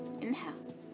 Inhale